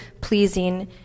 pleasing